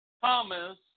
Thomas